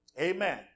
amen